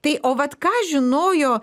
tai o vat ką žinojo